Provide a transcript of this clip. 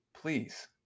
Please